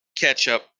ketchup